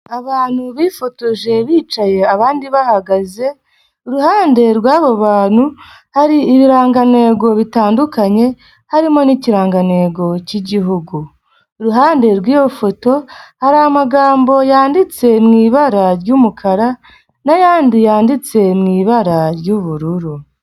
Abantu bifotoje bicaye abandi bahagaze, iruhande rw'abo bantu hari ibirangantego bitandukanye harimo n'ikirangantego cy'igihugu. Iruhande rw'iyo foto hari amagambo yanditse mu ibara ry'umukara n'ayandi yanditse mu ibara ry'ubururu.